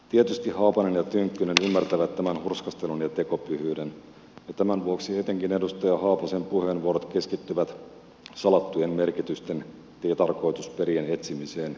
tietysti haapanen ja tynkkynen ymmärtävät tämän hurskastelun ja tekopyhyyden ja tämän vuoksi etenkin edustaja haapasen puheenvuorot keskittyvät salattujen merkitysten ja tarkoitusperien etsimiseen rivien väleistä